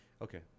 Okay